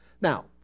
now